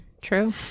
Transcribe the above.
True